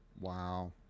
Wow